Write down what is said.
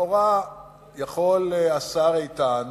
לכאורה יכול השר איתן